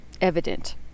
evident